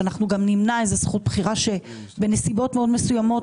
אנחנו גם נמנע איזה זכות בחירה שבנסיבות מאוד מסוימות